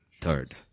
Third